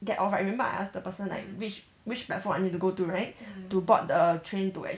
get off right remember I asked the person like which which platform I need to go to right to board the train to